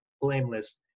blameless